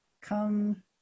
Come